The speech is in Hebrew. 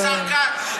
השר כץ,